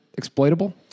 Exploitable